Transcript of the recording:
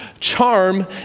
Charm